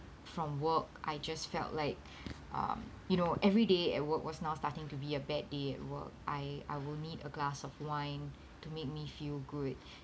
from work I just felt like um you know every day at work was now starting to be a bad day at work I I will need a glass of wine to make me feel good